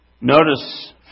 Notice